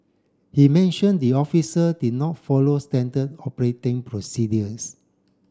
he mention the officer did not follow standard operating procedures